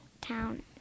town